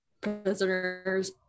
prisoners